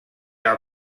are